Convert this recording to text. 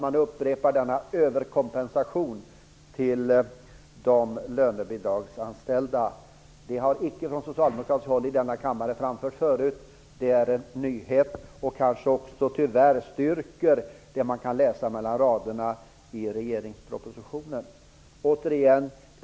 Man upprepar detta med överkompensation till de lönebidragsanställda. Det har icke framförts här i kammaren förut från socialdemokratiskt håll. Det är en nyhet. Det kanske också tyvärr styrker det man kan läsa mellan raderna i regeringspropositionen. Återigen.